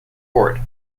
court